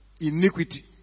iniquity